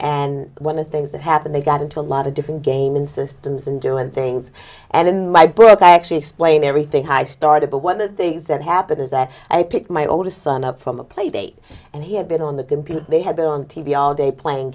and one of the things that happened they got into a lot of different game and systems and doing things and in my book i actually explain everything i started but one of the things that happened is that i picked my oldest son up from a play date and he had been on the computer they had been on t v all day playing